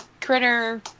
critter